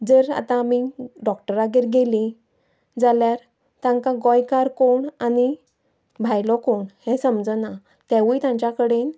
जर आतां आमी डॉक्टरागेर गेलीं जाल्यार तांकां गोंयकार कोण आनी भायलो कोण हें समजना तेंवूय तांच्या कडेन